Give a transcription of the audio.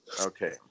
Okay